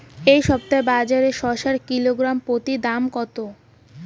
এই সপ্তাহে বাজারে শসার কিলোগ্রাম প্রতি দাম কত?